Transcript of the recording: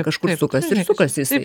kažkur sukasi ir sukasi jisai